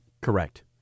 Correct